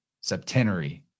septenary